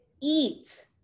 eat